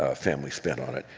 ah family spent on it.